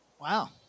Wow